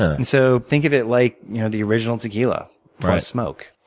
and so think of it like you know the original tequila plus smoke.